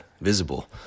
visible